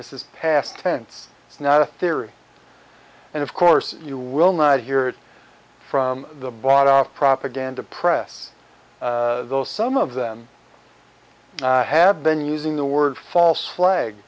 this is past tense not a theory and of course you will not hear it from the bought off propaganda press though some of them have been using the word false flag